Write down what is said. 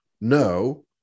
no